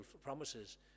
promises